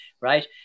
right